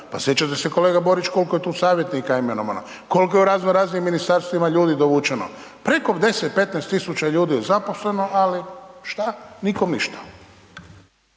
pa sjećate se kolega Borić koliko je tu savjetnika imenovano, koliko je u raznoraznim ministarstvima savjetnika ljudi dovučeno, preko 10, 15 000 ljudi je zaposleno ali šta, nikom ništa.